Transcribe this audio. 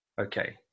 Okay